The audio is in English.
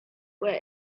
wear